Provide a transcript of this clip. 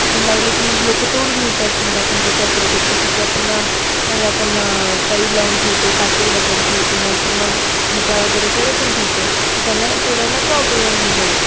आपण लावलं की मग लोकं तोडून नेतात मग आपण त्याचा प्रोटेक्शनसाठी आपण काही आपण काही लावून ठेवतो काटे वगैरे ठेवतो नाहीतर मग विटा वगैरे असं रचून ठेवतो की त्यांना तोडायला प्रॉब्लेम जाईल